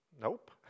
Nope